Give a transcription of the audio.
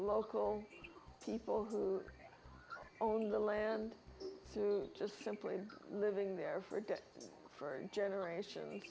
local people who own the land to just simply living there for that for generations